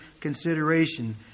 consideration